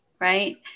right